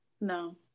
No